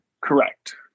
Correct